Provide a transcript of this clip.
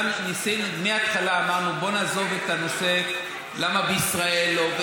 מההתחלה אמרנו: בואו נעזוב את הנושא "למה בישראל לא",